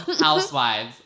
Housewives